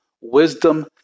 wisdom